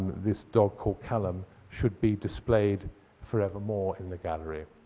this dog called callum, should be displayed forevermore in the gallery.